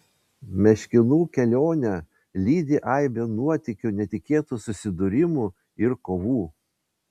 meškinų kelionę lydi aibė nuotykių netikėtų susidūrimų ir kovų